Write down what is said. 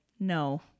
No